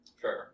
Sure